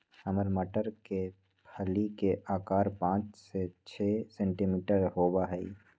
हरा मटर के फली के आकार पाँच से छे सेंटीमीटर होबा हई